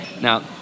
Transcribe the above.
Now